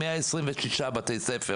126 בתי ספר